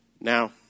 Now